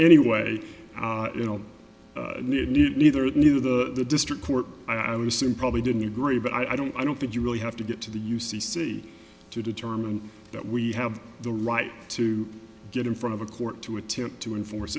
anyway you know neither the new the district court i would assume probably didn't agree but i don't i don't think you really have to get to the u c c to determine that we have the right to get in front of a court to attempt to enforce